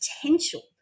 potential